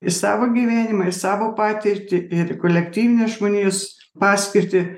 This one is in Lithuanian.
į savo gyvenimą į savo patirtį ir į kolektyvinę žmonijos paskirtį